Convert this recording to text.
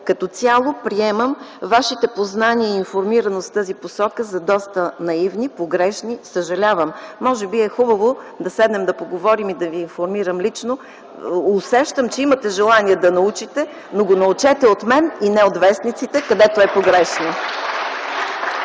Като цяло приемам Вашите познания и информираност в тази посока за доста наивни, погрешни. Съжалявам, може би е хубаво да седнем да поговорим и да Ви информирам лично. (Оживление.) Усещам, че имате желание да научите, но го научете от мен, а не от вестниците, където е погрешно!